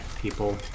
people